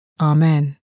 Amen